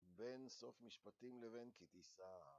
בין סוף משפטים לבין כי תשא